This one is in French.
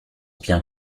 bien